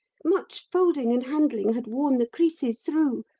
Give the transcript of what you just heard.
much folding and handling had worn the creases through,